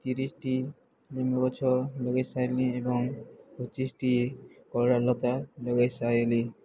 ତିରିଶଟି ଲିମ୍ବ ଗଛ ଲଗେଇ ସାରିଲିଣି ଏବଂ ପଚିଶଟି କଲରାଲତା ଲଗେଇ ସାରିଲିଣି